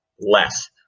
less